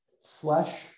flesh